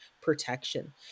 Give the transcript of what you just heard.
protection